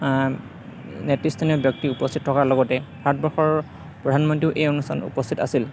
স্থানীয় ব্যক্তি উপস্থিত থকাৰ লগতে ভাৰতবৰ্ষৰ প্ৰধানমন্ত্ৰীও এই অনুষ্ঠানত উপস্থিত আছিল